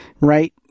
Right